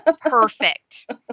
perfect